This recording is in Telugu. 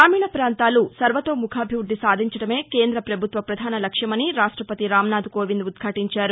గ్రామీణ ప్రాంతాలు సర్వతోముఖాభివృద్ది సాధించడమే కేంద్ర ప్రభుత్వ ప్రధాన లక్ష్యమని రాష్టపతి రాంనాథ్కోవింద్ ఉద్యాటించారు